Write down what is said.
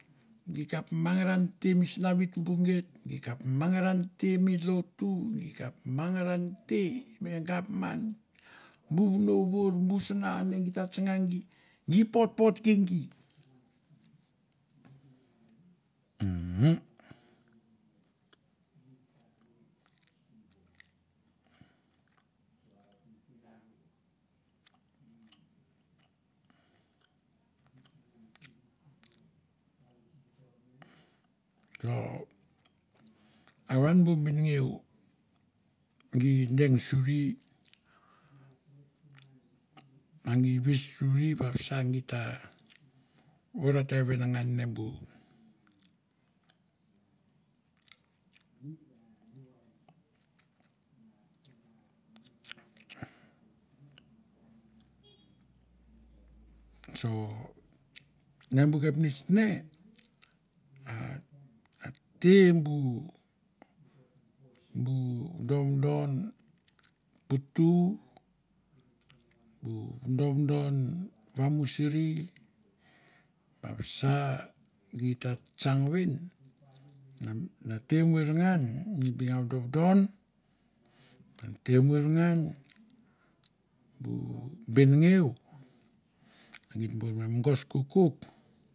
Gi kap mangaran te mi sinavi tumbu geit, gi kap mangaran te me lotu, gi kap mangaran te mi gapman, bu vono vour bu sana ne gi ta tsanga gi, gi potpotke gi, umm. So are an bu benegeu gi deng suri a gi ves suri vavsa geit ta vorote venengan ne bu so ne bu kapnets ne a, a te bu bu vodovodon putu, bu vodovodon vamusuri vavsa geit ta tsang ven ngan na ter muer ngan mi binga vodovodon, a mi ter muer ngan bu bengeu a geit bar me mongos kekau.